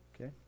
Okay